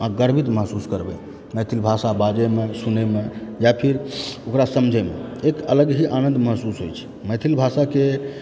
अहाँ गर्वित महसूस करबै मैथिल भाषा बाजैमे सुनैमे या फिर ओकरा समझैमे एक अलग ही आनन्द महसूस होइ छै मैथिल भाषाके